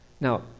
Now